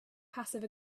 passive